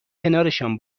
کنارشان